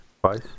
twice